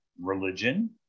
religion